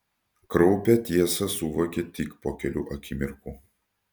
kraupią tiesą suvokė tik po kelių akimirkų